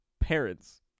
parents